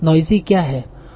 noisy क्या है